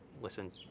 listen